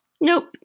Nope